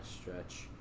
stretch